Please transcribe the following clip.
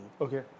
Okay